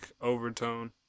overtone